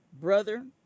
brother